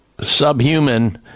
subhuman